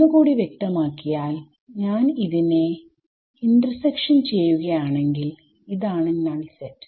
ഒന്ന് കൂടി വ്യക്തമാക്കിയാൽ ഞാൻ ഇതിനെ ഇന്റർസക്ഷൻ ചെയ്യുകയാണെങ്കിൽ ഇതാണ് നൾ സെറ്റ്